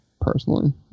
personally